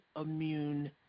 immune